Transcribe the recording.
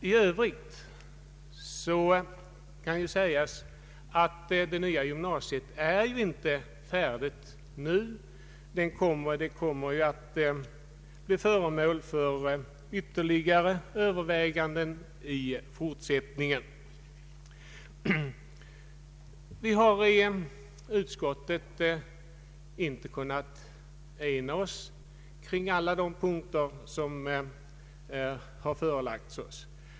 I övrigt kan ju sägas att det nya gymnasiet inte är färdigt nu. Det kommer att bli föremål för ytterligare överväganden i fortsättningen. Vi har i statsutskottet inte kunnat enas i alla de punkter som förelagts oss.